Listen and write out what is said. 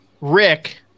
Rick